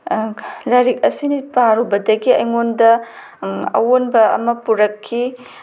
ꯂꯥꯏꯔꯤꯛ ꯑꯁꯤꯅ ꯄꯥꯔꯨꯕꯗꯒꯤ ꯑꯩꯉꯣꯟꯗ ꯑꯋꯣꯟꯕ ꯑꯃ ꯄꯨꯔꯛꯈꯤ